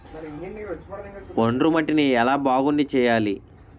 ఒండ్రు మట్టిని ఎలా బాగుంది చేయాలి?